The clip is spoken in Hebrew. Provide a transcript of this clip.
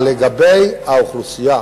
אבל לגבי האוכלוסייה